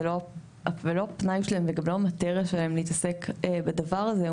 לא בפנאי שלהם ולא המטריה שלהם להתעסק בדבר הזה,